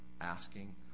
asking